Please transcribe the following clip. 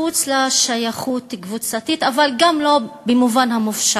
מחוץ לשייכות הקבוצתית, אבל גם לא במובן המופשט,